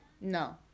No